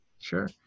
Sure